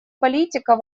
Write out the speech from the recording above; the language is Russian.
политика